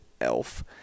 Elf